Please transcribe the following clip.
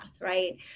right